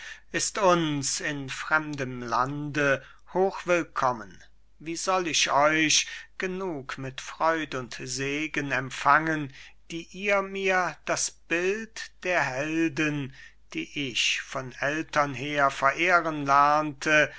ist uns in fremdem lande hoch willkommen wie soll ich euch genug mit freud und segen empfangen die ihr mir das bild der helden die ich von eltern her verehren lernte